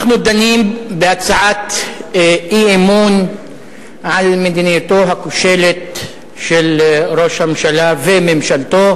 אנחנו דנים בהצעת אי-אמון על מדיניותו הכושלת של ראש הממשלה וממשלתו.